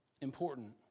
important